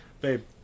babe